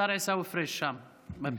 השר עיסאווי פריג' שם במליאה.